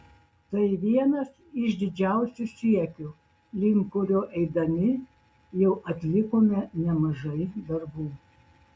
tai vienas iš didžiausių siekių link kurio eidami jau atlikome nemažai darbų